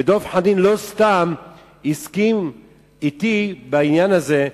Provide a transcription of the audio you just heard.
ודב חנין לא סתם הסכים אתי בעניין הזה,